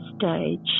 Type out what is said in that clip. stage